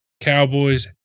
Cowboys